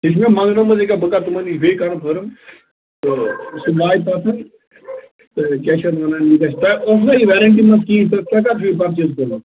یہ چھُ مےٚ منگٕنومُت ییِ کیٛاہ بہٕ کرٕ تِمن نِش بیٚیہِ کنفٲرٕم تہٕ سُہ واتہِ پتہٕ تہٕ کیٛاہ چھِ اتھ ونان یہِ تۄہہِ اوسوا یہِ ویرنٹی منٛز کِہیٖنٛۍ تہٕ تۄہہِ کَر چھُو یہ پٔرچیز کوٚرمُت